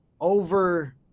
over